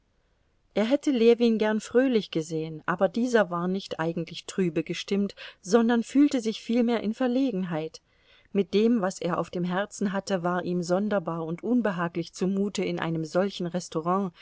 er hätte ljewin gern fröhlich gesehen aber dieser war nicht eigentlich trübe gestimmt sondern fühlte sich vielmehr in verlegenheit mit dem was er auf dem herzen hatte war ihm sonderbar und unbehaglich zumute in einem solchen restaurant